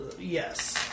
yes